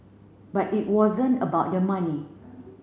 but it wasn't about the money